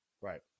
right